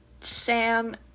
Sam